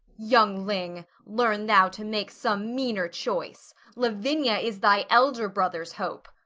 youngling, learn thou to make some meaner choice lavina is thine elder brother's hope.